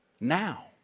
now